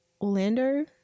Orlando